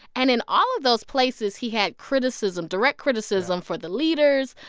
and in all of those places, he had criticism direct criticism for the leaders,